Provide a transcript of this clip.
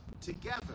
together